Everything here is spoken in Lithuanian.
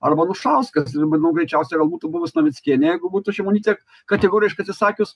arba anušauskas ir manau greičiausiai gal būtų buvus navickienė jeigu būtų šimonytė kategoriškai atsisakius